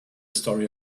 story